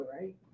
right